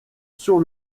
sur